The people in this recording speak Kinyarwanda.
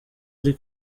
uri